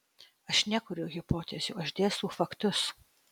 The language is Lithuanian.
aš nekuriu hipotezių aš dėstau faktus